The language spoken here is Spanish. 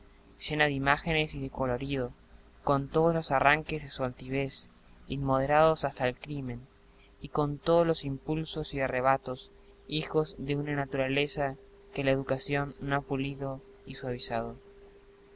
llena de imágenes y de colorido con todos los arranques de su altivez inmoderados hasta el crimen y con todos los impulsos y arrebatos hijos de una naturaleza que la educación no ha pulido y suavizado